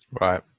right